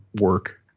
work